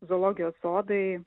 zoologijos sodai